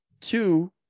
Two